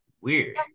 Weird